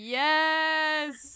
yes